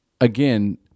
Again